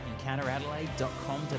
encounteradelaide.com.au